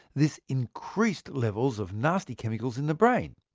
this increased levels of nasty chemicals in the brain.